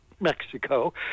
mexico